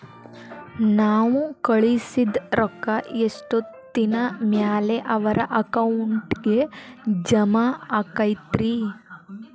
ನಾವು ಕಳಿಸಿದ್ ರೊಕ್ಕ ಎಷ್ಟೋತ್ತಿನ ಮ್ಯಾಲೆ ಅವರ ಅಕೌಂಟಗ್ ಜಮಾ ಆಕ್ಕೈತ್ರಿ?